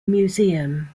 museum